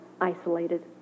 isolated